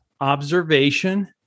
observation